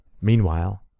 Meanwhile